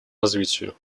развитию